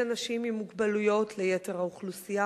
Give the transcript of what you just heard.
אנשים עם מוגבלויות ליתר האוכלוסייה,